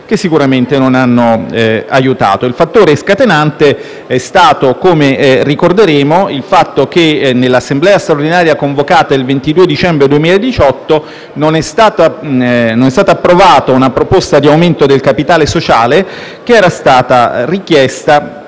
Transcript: che sicuramente non hanno aiutato. Il fattore scatenante è stato, come ricorderemo, il fatto che nell'assemblea straordinaria convocata il 22 dicembre 2018 non è stata approvata una proposta di aumento del capitale sociale, che era stata richiesta